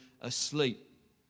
asleep